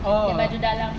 oh